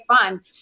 fun